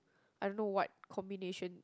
I don't know what combination